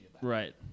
Right